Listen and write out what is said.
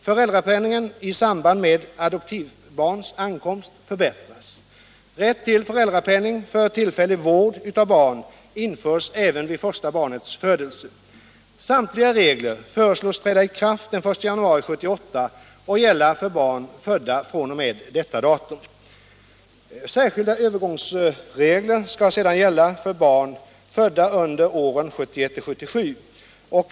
Föräldrapenningen i samband med adoptivbarns ankomst förbättras. Rätt till föräldrapenning för tillfällig vård av barn införs även vid första barnets födelse. Samtliga regler föreslås träda i kraft den 1 januari 1978 och gälla för barn födda fr.o.m. detta datum. Särskilda övergångsregler skall gälla för barn födda under åren 1971-1977.